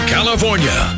California